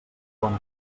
bona